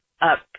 up